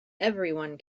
everyone